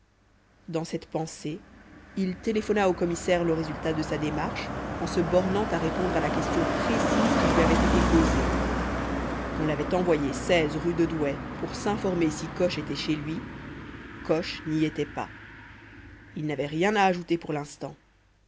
dans cette pensée il téléphona au commissaire le résultat de sa démarche en se bornant à répondre à la question précise qui lui avait été posée on l'avait envoyé rue de douai pour s'informer si coche était chez lui coche n'y était pas il n'avait rien à ajouter pour l'instant